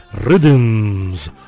Rhythms